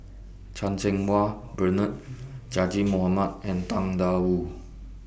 Chan Cheng Wah Bernard Zaqy Mohamad and Tang DA Wu